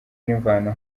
n’imvano